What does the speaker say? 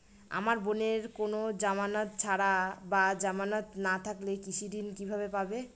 আমার বোনের কোন জামানত ছাড়া বা জামানত না থাকলে কৃষি ঋণ কিভাবে পাবে?